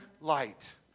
light